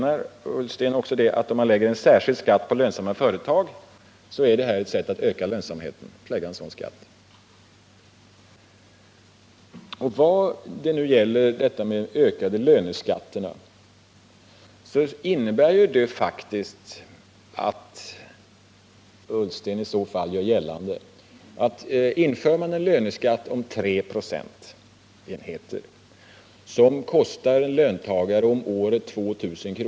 Anser Ola Ullsten att det är ett sätt att öka lönsamheten att man lägger en särskild skatt på lönsamma företag? Om man inför en löneskatt på 3 96, vilket kostar varje löntagare 2 000 kr.